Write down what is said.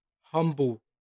humble